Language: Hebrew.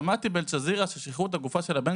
ששמעה באל ג'זירה ששחררו את הגופה של המחבל של